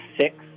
six